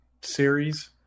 series